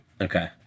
Okay